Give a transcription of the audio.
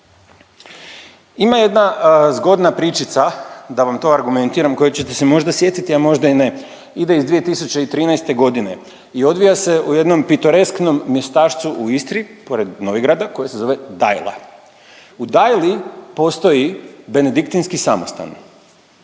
Ima jedna zgodna pričica da vam to argumentiram koje ćete se možda sjetiti, a možda i ne. Ide iz 2013. godine i odvija se u jednom pitoresknom mjestašcu u Istri pored Novigrada koje se zove Dajla. U Dajli postoji Benediktinski samostan